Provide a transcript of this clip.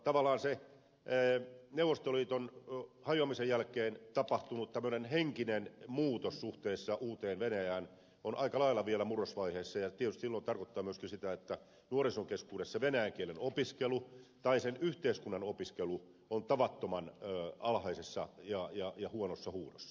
tavallaan se neuvostoliiton hajoamisen jälkeen tapahtunut henkinen muutos suhteessa uuteen venäjään on aika lailla vielä murrosvaiheessa ja tietysti se silloin tarkoittaa myös sitä että nuorison keskuudessa venäjän kielen tai sen yhteiskunnan opiskelu on tavattoman alhaisessa ja huonossa huudossa